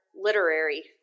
literary